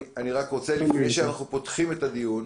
לפני שאנחנו פותחים את הדיון